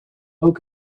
ook